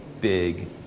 big